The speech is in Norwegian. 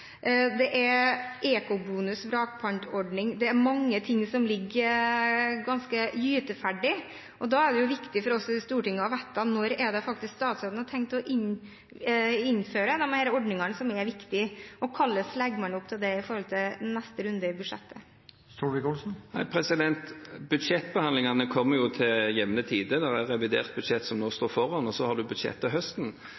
Det er «økobonus» og vrakpantordning – det er mange ting som ligger ganske gyteferdig. Da er det viktig for oss i Stortinget å vite når statsråden har tenkt å innføre disse ordningene, som er viktige, og hvordan man legger opp til det når det gjelder neste runde i budsjettet. Budsjettbehandlingene kommer til jevne tider. Det er et revidert budsjett som vi nå står foran, og så har vi budsjettet til høsten,